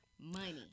Money